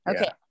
Okay